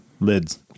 lids